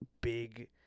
big